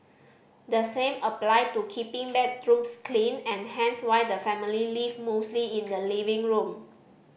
the same applied to keeping bedrooms clean and hence why the family lived mostly in the living room